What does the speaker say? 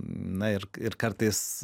na ir ir kartais